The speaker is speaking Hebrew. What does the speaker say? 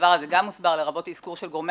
שהדבר הזה גם הוסבר לרבות האזכור של גורמי